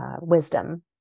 wisdom